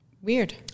Weird